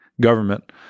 government